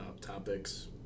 topics